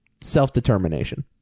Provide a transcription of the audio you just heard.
Self-determination